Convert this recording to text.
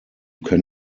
can